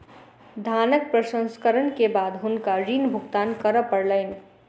धानक प्रसंस्करण के बाद हुनका ऋण भुगतान करअ पड़लैन